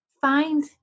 find